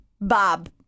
Bob